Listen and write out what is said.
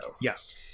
Yes